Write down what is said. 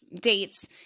dates